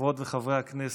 חברות וחברי הכנסת,